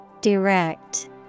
Direct